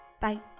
Bye